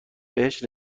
بهش